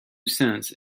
cents